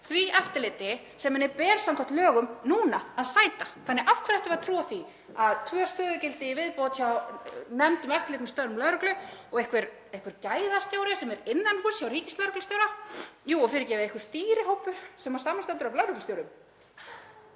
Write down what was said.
því eftirliti sem henni ber samkvæmt lögum núna að sæta. Af hverju ættum við að trúa því að tvö stöðugildi í viðbót hjá nefnd um eftirlit með störfum lögreglu og einhver gæðastjóri sem er innan húss hjá ríkislögreglustjóra, jú, og fyrirgefið, einhver stýrihópur sem samanstendur af lögreglustjórum,